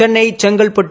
Chennai Chengalpattu